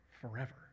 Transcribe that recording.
forever